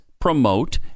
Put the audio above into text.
promote